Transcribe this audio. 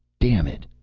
damn it,